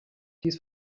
dies